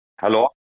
hello